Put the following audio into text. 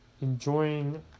Enjoying